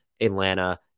Atlanta